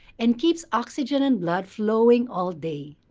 and keeps oxygen and blood flowing all day.